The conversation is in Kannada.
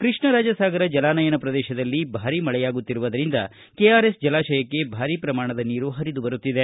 ಕೃಷ್ಣರಾಜಸಾಗರ ಜಲಾನಯನ ಪ್ರದೇಶದಲ್ಲಿ ಭಾರಿ ಮಳೆಯಾಗುತ್ತಿರುವುದರಿಂದ ಕೆಆರ್ಎಸ್ ಜಲಾಶಯಕ್ಕೆ ಭಾರಿ ಪ್ರಮಾಣದ ನೀರು ಹರಿದು ಬರುತ್ತಿದೆ